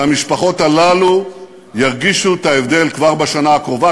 והמשפחות הללו ירגישו את ההבדל כבר בשנה הקרובה,